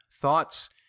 thoughts